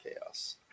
chaos